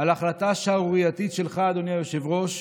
על החלטה שערורייתית שלך, אדוני היושב-ראש,